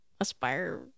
aspire